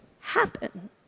happen